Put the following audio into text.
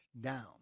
down